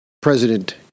President